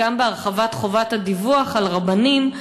בהרחבת חובת הדיווח של רבנים,